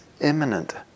imminent